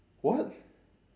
what